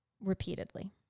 repeatedly